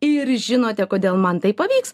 ir žinote kodėl man tai pavyks